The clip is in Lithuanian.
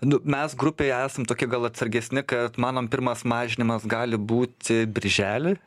nu mes grupėj esam tokie gal atsargesni kad manom pirmas mažinimas gali būti birželį